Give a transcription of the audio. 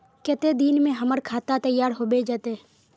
केते दिन में हमर खाता तैयार होबे जते?